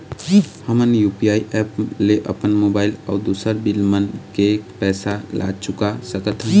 हमन UPI app ले अपन मोबाइल अऊ दूसर बिल मन के पैसा ला चुका सकथन